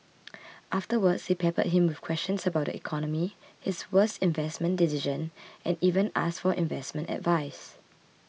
afterwards they peppered him with questions about the economy his worst investment decision and even asked for investment advice